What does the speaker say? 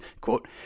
quote